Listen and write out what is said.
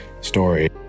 story